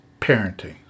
parenting